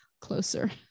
closer